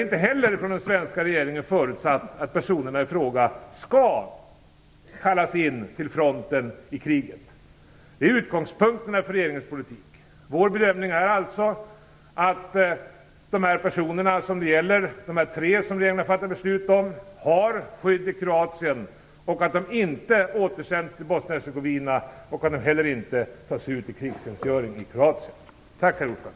Den svenska regeringen har förutsatt att personerna i fråga inte kommer att kallas in till fronten i kriget. Detta är utgångspunkterna för regeringens politik. Vår bedömning är alltså att de personer som det gäller, de tre som regeringen har fattat beslut om, har skydd i Kroatien, att de inte kommer att återsändas till Bosnien-Hercegovina och att de heller inte tas ut till krigstjänstgöring i Kroatien. Tack, herr ordförande!